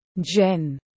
Jen